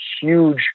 huge